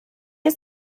ist